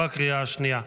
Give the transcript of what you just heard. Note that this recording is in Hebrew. בקריאה השנייה.